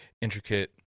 intricate